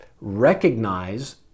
recognize